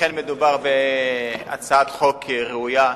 אכן מדובר בהצעת חוק ראויה.